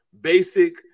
basic